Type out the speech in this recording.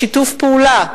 לשיתוף פעולה.